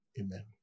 amen